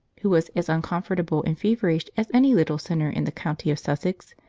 who was as uncomfortable and feverish as any little sinner in the county of sussex,